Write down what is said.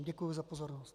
Děkuji za pozornost.